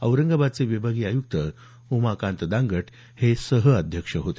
औरंगाबादचे विभागीय आयुक्त उमाकांत दांगट हे सहअध्यक्ष होते